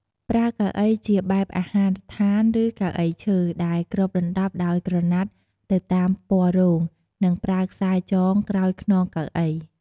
ប្រើកៅអីជាបែបអាហារដ្ឋានឬកៅអីឈើ ដែលគ្របដណ្តប់ដោយក្រណាត់ទៅតាមពណ៌រោង និងប្រើខ្សែចងក្រោយខ្នងកៅអី។